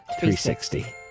360